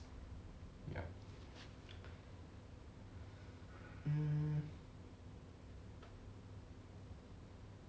ya mm